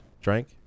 drank